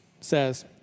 says